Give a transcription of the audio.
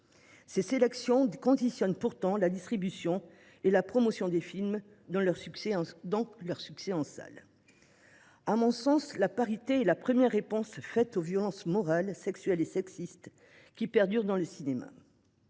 Ces sélections conditionnent pourtant la distribution et la promotion des films dans leur succès en salle. À mon sens, la parité est la première réponse à apporter aux violences morales, sexuelles et sexistes qui perdurent dans le cinéma.